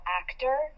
actor